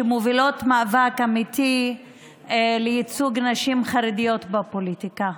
שמובילות מאבק אמיתי לייצוג נשים חרדיות בפוליטיקה.